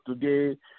today